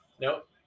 Nope